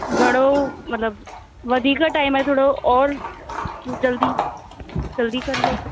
घणो मतिलबु वधीक टाइम थोरो और जल्दी जल्दी कंदो